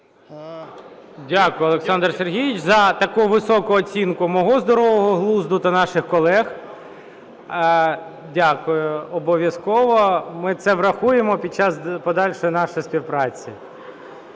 Дякую, Олександр Сергійович, за таку високу оцінку мого здорового глузду та наших колег. Дякую. Обов'язково ми це врахуємо під час подальшої нашої співпраці.